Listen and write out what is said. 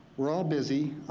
we're all busy,